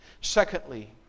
Secondly